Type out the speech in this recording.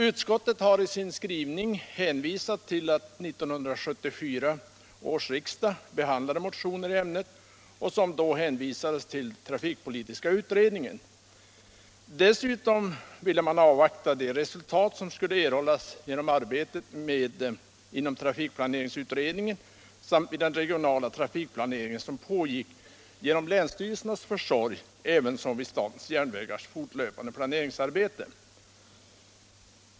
Utskottet har i sin skrivning hänvisat till att 1974 års riksdag behandlade motioner i ämnet, som då hänvisades till trafikpolitiska utredningen. Dessutom ville man avvakta det resultat som skulle erhållas genom arbetet inom trafikplaneringsutredningen samt vid den regionala trafikplaneringen som pågick genom länsstyrelsernas försorg ävensom inom statens järnvägars fortlöpande planeringsarbete.